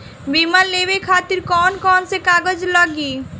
बीमा लेवे खातिर कौन कौन से कागज लगी?